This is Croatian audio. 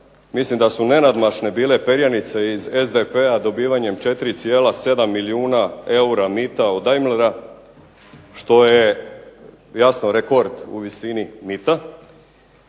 mislim da su nenadmašne bile perjanice iz SDP-a dobivanjem 4,7 milijuna eura mita od Daimlera što je jasno rekord u visini mita,